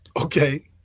okay